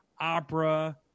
Opera